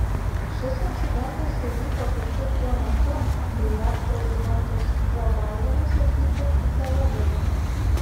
šis incidentas įvyko kaip tik tuo metu kai jav viceprezidentas džo baidenas atvyko į tel avivą